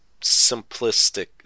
simplistic